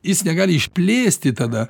jis negali išplėsti tada